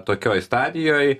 tokioj stadijoj